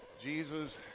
Jesus